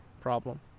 problem